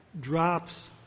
drops